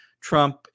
Trump